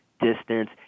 distance